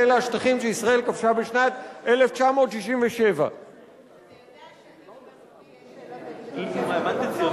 ואלה השטחים שישראל כבשה בשנת 1967. אז מה הקשר לחוק לזה?